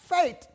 faith